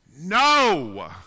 No